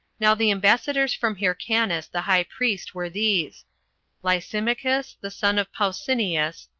now the ambassadors from hyrcanus the high priest were these lysimachus, the son of pausanias,